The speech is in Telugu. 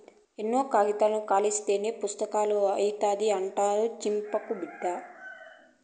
ఎన్నో కాయితాలు కలస్తేనే పుస్తకం అయితాది, అట్టా సించకు బిడ్డా